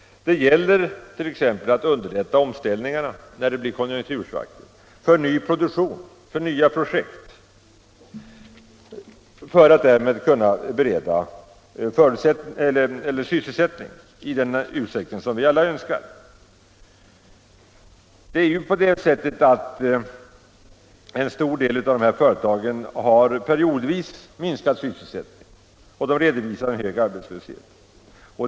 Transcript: Det gäller t.ex. att vid konjunktursvackor underlätta omställningarna till ny produktion och nya projekt för att därigenom bereda sysselsättning i den utsträckning som vi alla önskar. En stor del av dessa företag har periodvis minskad sysselsättning, och de redovisar hög arbetslöshet.